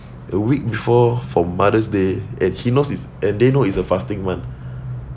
a week before for mother's day and he knows it's and they know it's a fasting month